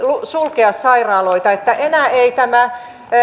sulkea sairaaloita että enää ei tämä